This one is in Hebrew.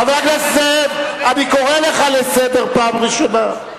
חבר הכנסת זאב, אני קורא אותך לסדר בפעם הראשונה.